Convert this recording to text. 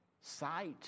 sight